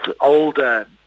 older